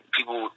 People